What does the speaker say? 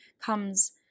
comes